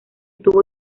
tuvo